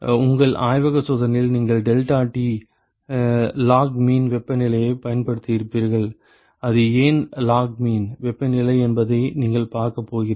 உங்கள் ஆய்வக சோதனைகளில் நீங்கள் டெல்டாடி லாக்மீன் வெப்பநிலையைப் பயன்படுத்தியிருப்பீர்கள் அது ஏன் லாக்மீன் வெப்பநிலை என்பதை நீங்கள் பார்க்கப் போகிறீர்கள்